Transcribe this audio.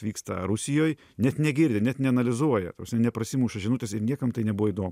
vyksta rusijoj net negirdi net neanalizuoja neprasimuša žinutės ir niekam tai nebuvo įdomu